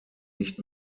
nicht